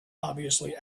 obviously